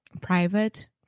private